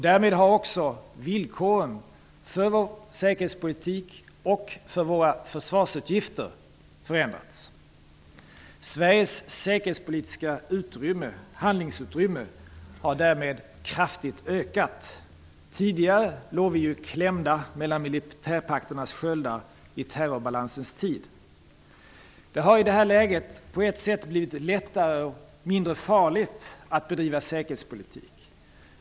Därmed har också villkoren för vår säkerhetspolitik och våra försvarsutgifter förändrats. Sveriges säkerhetspolitiska handlingsutrymme har ökat kraftigt. Tidigare låg vi ju klämda mellan militärpakternas sköldar i terrorbalansens tid. Det har i det här läget på ett sätt blivit lättare och mindre farligt att bedriva säkerhetspolitik.